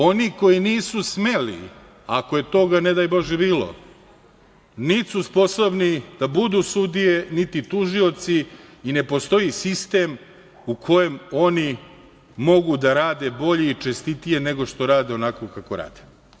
Oni koji nisu smeli, ako je toga, ne daj Bože bilo, niti su sposobni da budu sudije, niti tužioci i ne postoji sistem u kojem oni mogu da rade bolje i čestitije nego što rade onako kako rade.